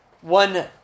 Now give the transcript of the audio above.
one